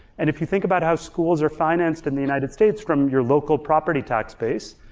and if you think about how schools are financed in the united states from your local property tax base,